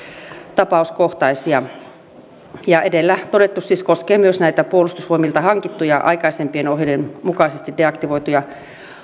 tapauskohtaisia edellä todettu siis koskee myös näitä puolustusvoimilta hankittuja aikaisempien ohjeiden mukaisesti deaktivoituja